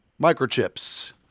microchips